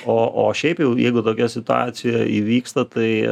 o o šiaip jau jeigu tokia situacija įvyksta tai